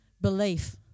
Belief